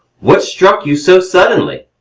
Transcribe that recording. what struck you so suddenly?